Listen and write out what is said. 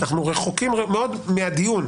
אנחנו רחוקים מאוד מהדיון,